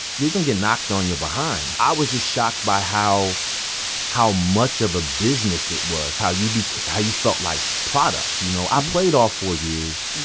you're going to get knocked on your behind. i was just shocked by how how much of a business it was, how you became how you felt like product, you know? i played all four years.